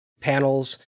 panels